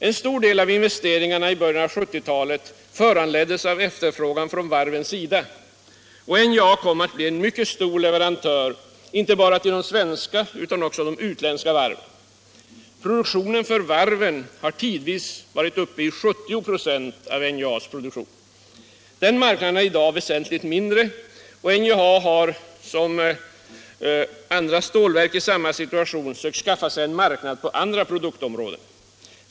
En stor del av investeringarna i början av 1970-talet föranleddes av efterfrågan från varvens sida, och NJA kom att bli en mycket stor leverantör till inte bara de svenska utan också de utländska varven. Produktionen för varven har tidvis varit uppe i 70 26 av NJA:s produktion. Den marknaden är i dag väsentligt mindre och NJA har liksom andra stålverk i samma situation sökt skaffa sig en marknad på andra produktområden.